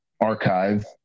archive